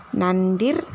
Nandir